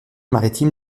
maritime